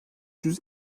yüz